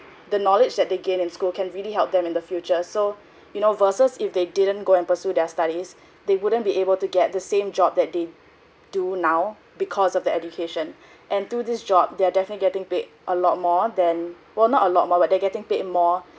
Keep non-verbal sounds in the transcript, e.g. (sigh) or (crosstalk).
the knowledge that they get in school can really help them in the future so you know versus if they didn't go and pursue their studies they wouldn't be able to get the same job that they do now because of the education (breath) and through this job they are definitely getting paid a lot more than well not a lot more but they getting paid more